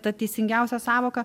ta teisingiausia sąvoka